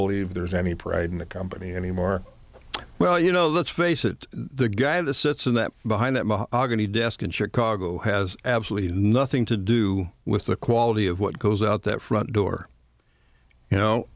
believe there's any pride in the company anymore well you know let's face it the guy the sits in that behind that mahogany desk in chicago has absolutely nothing to do with the quality of what goes out that front door you know